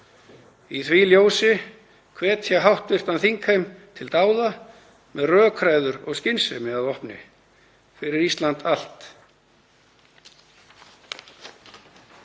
Í því ljósi hvet ég hv. þingheim til dáða með rökræður og skynsemi að vopni fyrir Ísland allt.